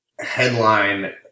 Headline